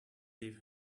leave